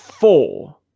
four